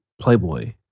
playboy